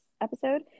episode